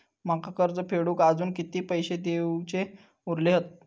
माका कर्ज फेडूक आजुन किती पैशे देऊचे उरले हत?